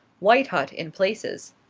white hot in places.